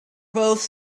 both